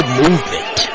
movement